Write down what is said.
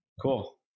Cool